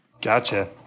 Gotcha